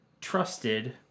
trusted